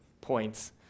points